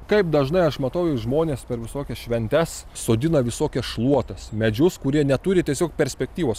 kaip dažnai aš matau žmones per visokias šventes sodina visokias šluotas medžius kurie neturi tiesiog perspektyvos